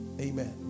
Amen